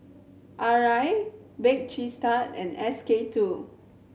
Arai Bake Cheese Tart and S K Two